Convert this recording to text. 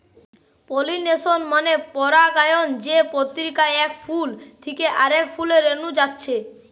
pollination মানে পরাগায়ন যে প্রক্রিয়ায় এক ফুল থিকে আরেক ফুলে রেনু যাচ্ছে